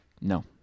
No